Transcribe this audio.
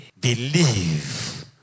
believe